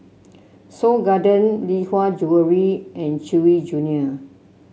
Seoul Garden Lee Hwa Jewellery and Chewy Junior